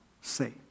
say